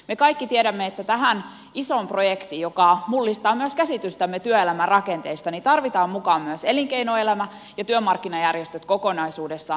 me kaikki tiedämme että tähän isoon projektiin joka mullistaa myös käsitystämme työelämän rakenteista tarvitaan mukaan myös elinkeinoelämä ja työmarkkinajärjestöt kokonaisuudessaan